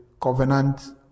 covenant